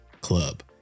Club